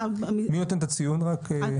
מי נותן את הציון רק?